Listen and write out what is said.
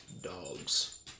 dogs